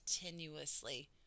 continuously